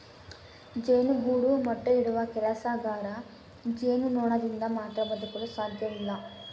ಜೇನುಗೂಡು ಮೊಟ್ಟೆ ಇಡುವ ಕೆಲಸಗಾರ ಜೇನುನೊಣದಿಂದ ಮಾತ್ರ ಬದುಕಲು ಸಾಧ್ಯವಿಲ್ಲ